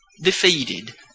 defeated